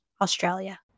Australia